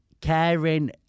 Caring